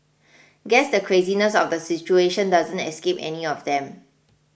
guess the craziness of the situation doesn't escape any of them